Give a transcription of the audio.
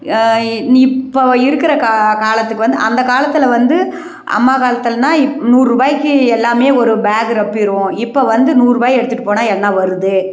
நீ இப்போ இருக்கிற கா காலத்துக்கு வந்து அந்த காலத்தில் வந்து அம்மா காலத்திலனா இப்போ நூறுரூபாய்க்கு எல்லாமே வரும் பேக்கு ரொப்பிடும் இப்போ வந்து நூறுரூபாயை எடுத்துகிட்டு போனால் என்ன வருது